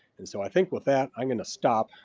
and so i think with that, i'm going to stop.